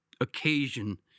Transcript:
occasion